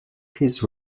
his